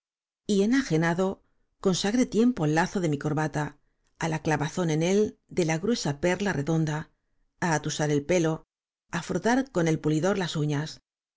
resistirlo y enajenado consagré tiempo al lazo de mi corbata á la clavazón en él de la gruesa perla redonda á atusar el pelo á frotar con el pulidor las uñas